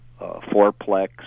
fourplex